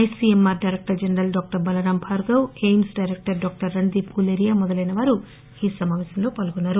ICMR director general doctor Balram Bhargava AIIMS director doctor Randeep Guleria మొదలైన వారు ఈ సమాపేశంలో పాల్గొన్నారు